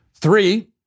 Three